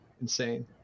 Insane